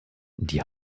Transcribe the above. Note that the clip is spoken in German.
die